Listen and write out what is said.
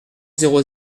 zéro